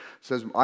says